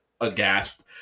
aghast